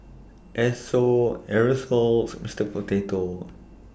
Esso Aerosoles Mister Potato